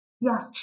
Yes